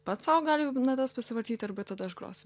pats sau gali natas pasivartyti arba tada aš grosiu